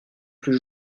plus